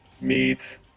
Meet